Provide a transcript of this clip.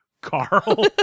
carl